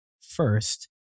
first